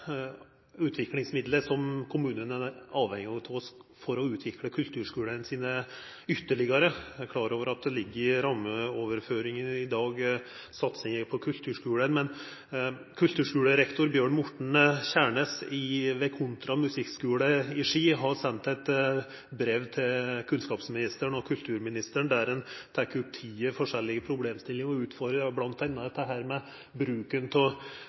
kommunane er avhengige av utviklingsmidlar for å utvikla kulturskulane sine ytterlegare. Eg er klar over at i rammeoverføringane i dag ligg det satsingar på kulturskulen. Kulturskulerektor Bjørn Morten Kjærnes ved Kontra musikkskole i Ski har sendt eit brev til kunnskapsministeren og kulturministeren der han tek opp ti forskjellige problemstillingar eller utfordringar, bl.a. dette med bruken av